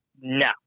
no